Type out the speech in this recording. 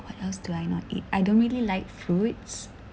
what else do I not eat I don't really like fruits